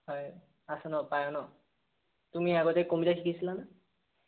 হয় আছে ন পাৰা ন তুমি আগতে কম্পিউটাৰ শিকিছিলানে